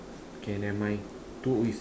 okay never mind two is